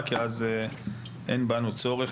אחרת אין צורך,